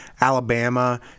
alabama